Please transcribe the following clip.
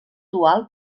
dual